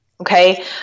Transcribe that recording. Okay